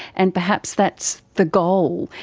and perhaps that's the goal,